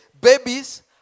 babies